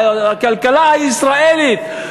הכלכלה הישראלית,